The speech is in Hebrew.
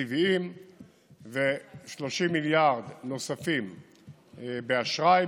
תקציבים ו-30 מיליארד נוספים באשראי,